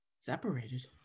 Separated